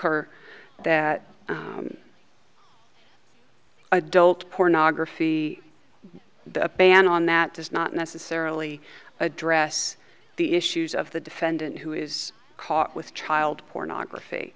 her that adult pornography the ban on that does not necessarily address the issues of the defendant who is caught with child pornography